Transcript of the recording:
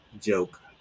joke